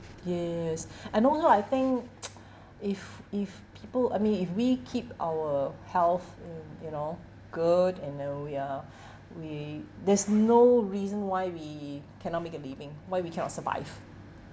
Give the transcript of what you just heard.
yes and also I think if if people I mean if we keep our health you you know good and then we are we there's no reason why we cannot make a living why we cannot survive